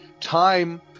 time